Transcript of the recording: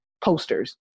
posters